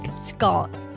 Scott